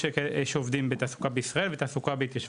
יש כאלה שעובדים בתעסוקה בישראל וכאלה שעובדים בתעסוקה בהתיישבות.